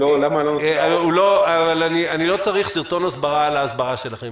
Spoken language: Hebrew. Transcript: למה לא לתת -- אני לא צריך סרטון הסברה על ההסברה שלכם,